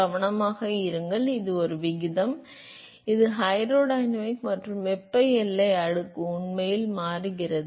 கவனமாக இருங்கள் இது ஒரு விகிதம் இது ஹைட்ரோடைனமிக் மற்றும் வெப்ப எல்லை அடுக்கு உண்மையில் மாறுகிறது